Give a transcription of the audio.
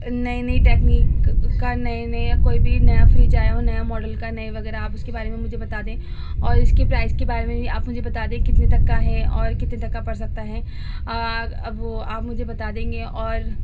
نئی نئی ٹیکنیک کا نئے نئے کوئی بھی نیا فریج آیا ہو نیا ماڈل کا نئے وغیرہ کا آپ اس کے بارے میں مجھے بتا دیں اور اس کے پرائس کے بارے میں بھی آپ مجھے بتا دیں کتنے تک کا ہے اور کتنے تک کا پڑ سکتا ہے وہ آپ مجھے بتا دیں گے اور